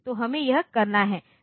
तो हमें यह करना है